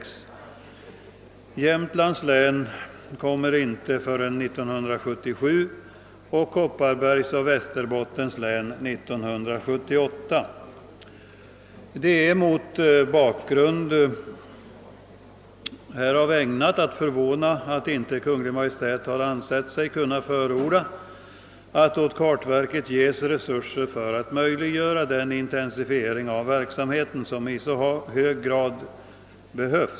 Jämtlands län kommer inte förrän år 1977 och Kopparbergs och Västerbottens län år 1978. Det är mot denna bakgrund ägnat att förvåna att inte Kungl. Maj:t har ansett sig kunna förorda att åt kartverket ges resurser för att möjliggöra den intensifiering av verksamheten, som i så hög grad behövs.